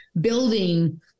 building